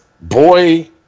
boy